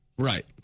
Right